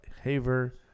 Haver